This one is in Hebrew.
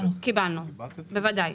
קיבלנו, בוודאי,